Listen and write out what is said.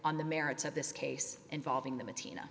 on the merits of this case involving the matina